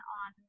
on